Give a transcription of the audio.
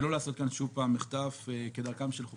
ולא לעשות כאן שוב מחטף כדרכם של תיקונים